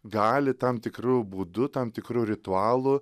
gali tam tikru būdu tam tikru ritualu